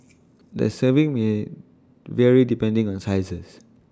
the serving may vary depending on sizes